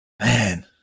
Man